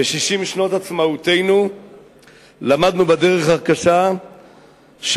ב-60 שנות עצמאותנו למדנו בדרך הקשה שהמבחנים